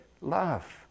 love